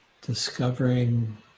discovering